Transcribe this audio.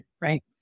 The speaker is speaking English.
right